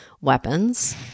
weapons